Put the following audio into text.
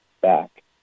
back